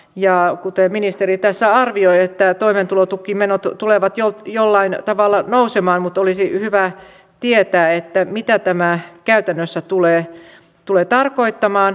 ja kuten ministeri tässä arvioi toimeentulotukimenot tulevat jollain tavalla nousemaan mutta olisi hyvä tietää mitä tämä käytännössä tulee tarkoittamaan